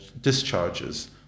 discharges